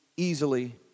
easily